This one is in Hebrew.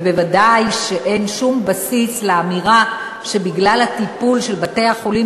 ובוודאי אין שום בסיס לאמירה שבגלל הטיפול של בתי-החולים